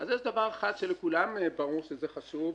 יש דבר אחד שלכולם ברור שהוא חשוב,